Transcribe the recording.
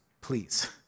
please